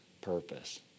purpose